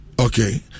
okay